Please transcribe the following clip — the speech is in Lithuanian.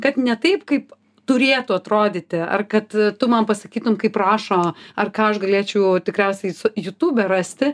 kad ne taip kaip turėtų atrodyti ar kad tu man pasakytum kaip rašo ar ką aš galėčiau tikriausiai su jutube rasti